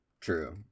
true